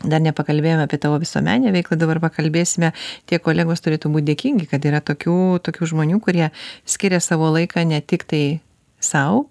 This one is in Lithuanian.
dar nepakalbėjome apie tavo visuomenę veiklą dabar pakalbėsime tie kolegos turėtų būti dėkingi kad yra tokių tokių žmonių kurie skiria savo laiką ne tiktai sau